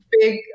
big